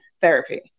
therapy